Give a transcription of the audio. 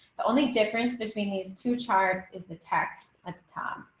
the only difference between these two charts is the text at the top.